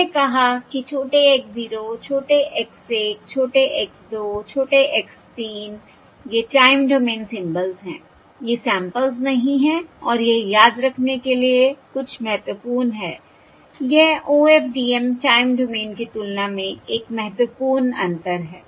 हमने कहा कि छोटे x 0 छोटे x 1 छोटे x 2 छोटे x 3 ये टाइम डोमेन सिंबल्स हैं ये सैंपल्स नहीं हैं और यह याद रखने के लिए कुछ महत्वपूर्ण है यह OFDM टाइम डोमेन की तुलना में एक महत्वपूर्ण अंतर है